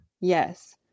Yes